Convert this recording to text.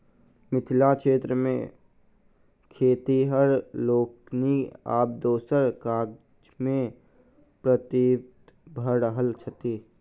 मिथिला क्षेत्र मे खेतिहर लोकनि आब दोसर काजमे प्रवृत्त भ रहल छथि